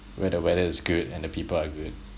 where the weather is good and the people are good